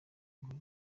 ngo